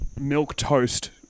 milk-toast